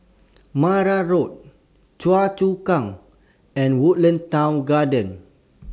Marang Road Choa Chu Kang and Woodlands Town Garden